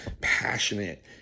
passionate